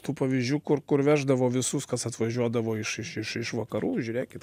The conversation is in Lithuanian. tų pavyzdžių kur kur veždavo visus kas atvažiuodavo iš iš iš iš vakarų žiūrėkit